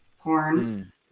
porn